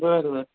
बरं बरं